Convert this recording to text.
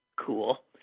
cool